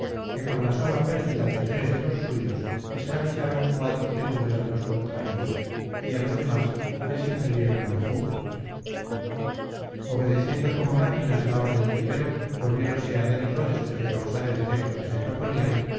que con la sola pérdida de tres de los suyos escabecharon cuádruple número de los contrarios y a los demás les impelieron a la fuga obedeciendo como máquinas la orden de ibero volviéronse adentro después de causar el efecto que se proponían